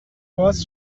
باز